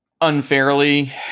unfairly